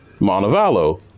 Montevallo